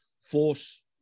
force